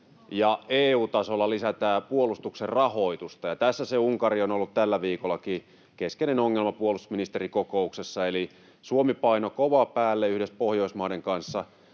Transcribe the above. ja EU-tasolla lisätään puolustuksen rahoitusta. Ja tässä se Unkari on ollut tällä viikollakin keskeinen ongelma puolustusministerikokouksessa. Suomi painoi kovaa päälle yhdessä Pohjoismaiden kanssa